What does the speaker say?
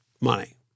money